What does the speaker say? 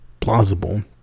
plausible